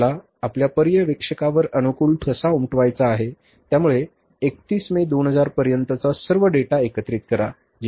आपल्याला आपल्या पर्यवेक्षकावर अनुकूल ठसा उमटवायचे आहे त्यामुळे 31 मे 2015 पर्यंतचा सर्व डेटा एकत्रित करा